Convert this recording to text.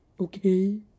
okay